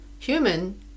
Human